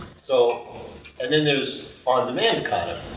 so and then there's on-demand economy,